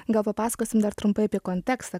gal papasakosime dar trumpai apie kontekstą